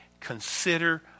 Consider